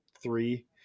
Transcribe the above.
three